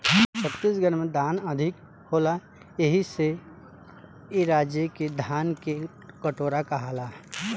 छत्तीसगढ़ में धान अधिका होला एही से ए राज्य के धान के कटोरा कहाला